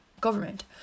government